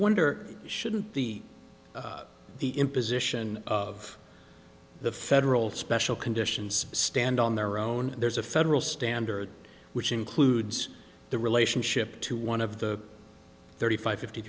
wonder shouldn't the the imposition of the federal special conditions stand on their own there's a federal standard which includes the relationship to one of the thirty five fifty